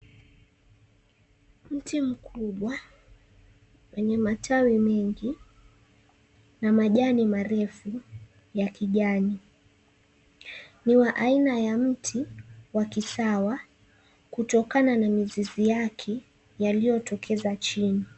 Mti mkubwa wenye matawi mengi na majani marefu ya kijani, ni wa aina ya mti wa kisawa, kutokana na mizizi yake yaliyotokeza chini.